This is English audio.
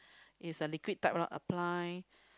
is a liquid type lor apply